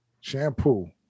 Shampoo